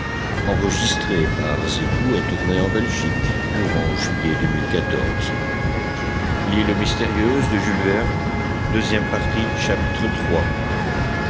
of l'île mystérieuse by